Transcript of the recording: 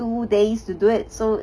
two days to do it so